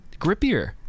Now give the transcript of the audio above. grippier